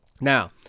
now